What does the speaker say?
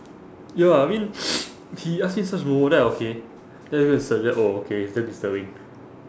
ya I mean he ask me search momo then I okay then I go and search oh okay it's damn disturbing